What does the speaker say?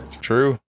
True